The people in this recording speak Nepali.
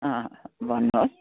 अँ भन्नुहोस्